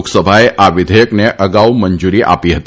લોકસભાએ આ વિધેયકને અગાઉ મંજુરી આપી હતી